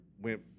went